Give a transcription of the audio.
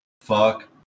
fuck